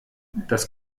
das